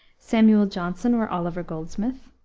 samuel johnson or oliver goldsmith,